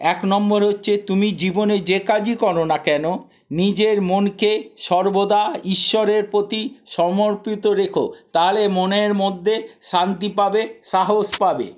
এক নম্বর হচ্ছে তুমি জীবনে যে কাজই করো না কেন নিজের মনকে সর্বদা ঈশ্বরের প্রতি সমর্পিত রেখো তাহলে মনের মধ্যে শান্তি পাবে সাহস পাবে